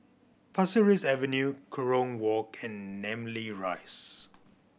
Pasir Ris Avenue Kerong Walk and Namly Rise